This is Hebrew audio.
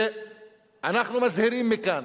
אנחנו מזהירים מכאן